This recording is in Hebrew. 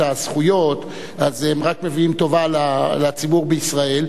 הזכויות אז הם רק מביאים טובה לציבור בישראל,